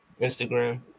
Instagram